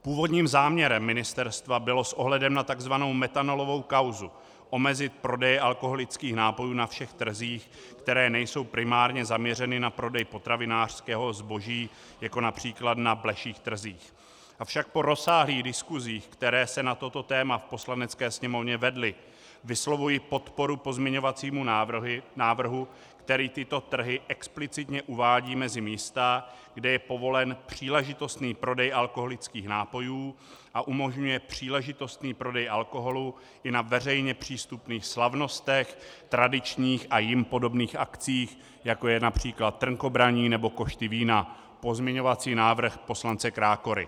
Původním záměrem ministerstva bylo s ohledem na tzv. metanolovou kauzu omezit prodeje alkoholických nápojů na všech trzích, které nejsou primárně zaměřeny na prodej potravinářského zboží, jako např. na bleších trzích, avšak po rozsáhlých diskusích, které se na toto téma v Poslanecké sněmovně vedly, vyslovuji podporu pozměňovacímu návrhu, který tyto trhy explicitně uvádí mezi místa, kde je povolen příležitostný prodej alkoholických nápojů a umožňuje příležitostný prodej alkoholu i na veřejně přístupných slavnostech, tradičních a jim podobných akcích, jako je např. trnkobraní nebo košty vína pozměňovací návrh poslance Krákory.